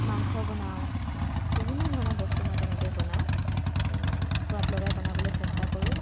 মাংস বনাওঁ বিভিন্ন ধৰণৰ বস্তু মই তেনেকৈ বনাওঁ সোৱাদ লগাই বনাবলৈ চেষ্টা কৰোঁ